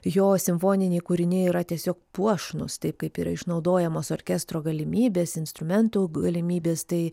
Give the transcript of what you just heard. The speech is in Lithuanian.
jo simfoniniai kūriniai yra tiesiog puošnūs taip kaip yra išnaudojamos orkestro galimybės instrumentų galimybės tai